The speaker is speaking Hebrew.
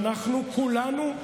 אנחנו כולנו,